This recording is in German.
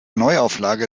neuauflage